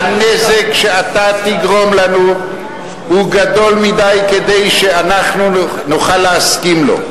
הנזק שאתה תגרום לנו הוא גדול מכדי שאנחנו נוכל להסכים לו.